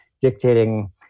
dictating